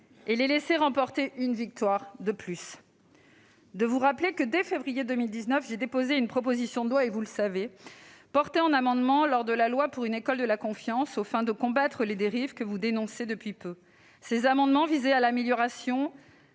et les laisser remporter une victoire de plus. Permettez-moi de vous rappeler que, dès février 2019, j'ai déposé- vous le savez -une proposition de loi, qui fut portée par amendements lors de la loi pour une école de la confiance aux fins de combattre les dérives que vous dénoncez depuis peu. Ces amendements visaient à améliorer